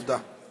תודה.